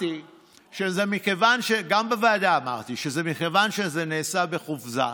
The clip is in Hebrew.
גם בוועדה אמרתי שמכיוון שזה נעשה בחופזה,